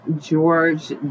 George